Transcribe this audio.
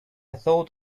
thought